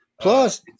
Plus